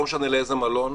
לא משנה לאיזה מלון,